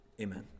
Amen